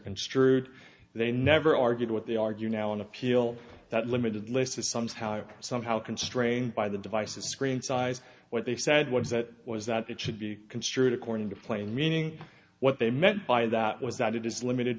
construed they never argued what they argue now on appeal that limited list is somehow somehow constrained by the divisive screen size what they said was that was that it should be construed according to plain meaning what they meant by that was that it is limited